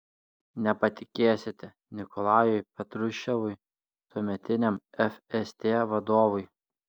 nepatikėsite nikolajui patruševui tuometiniam fst vadovui